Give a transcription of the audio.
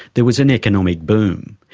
there was an economic boom.